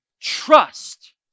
trust